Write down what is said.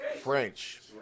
French